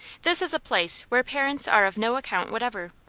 this is a place where parents are of no account whatever.